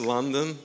London